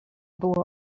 było